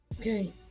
Okay